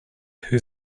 who